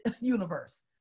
universe